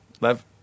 Lev